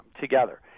together